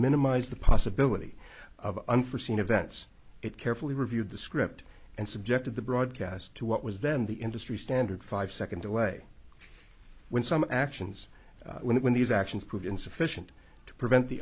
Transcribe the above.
minimize the possibility of unforseen events it carefully reviewed the script and subjected the broadcast to what was then the industry standard five second delay when some actions when these actions proved insufficient to prevent the